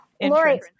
Lori